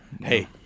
hey